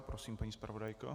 Prosím, paní zpravodajko.